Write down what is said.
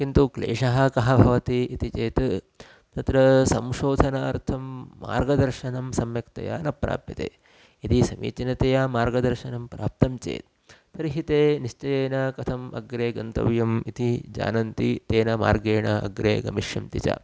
किन्तु क्लेशः कः भवति इति चेत् तत्र संशोधनार्थं मार्गदर्शनं सम्यक्तया न प्राप्यते यदि समीचीनतया मार्गदर्शनं प्राप्तं चेत् तर्हि ते निश्चयेन कथम् अग्रे गन्तव्यम् इति जानन्ति तेन मार्गेण अग्रे गमिष्यन्ति च